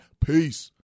Peace